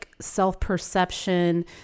self-perception